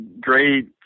great